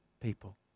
people